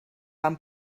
van